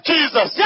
Jesus